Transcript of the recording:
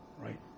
right